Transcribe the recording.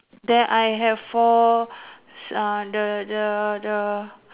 there I have four uh the the the